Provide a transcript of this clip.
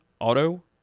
Auto